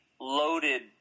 loaded